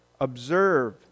observe